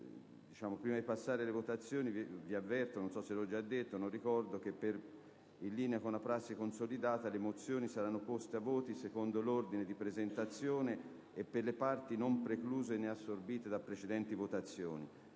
Prima di passare alle votazioni, avverto gli onorevoli colleghi che, in linea con una prassi consolidata, le mozioni saranno poste ai voti secondo l'ordine di presentazione e per le parti non precluse né assorbite da precedenti votazioni.